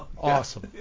Awesome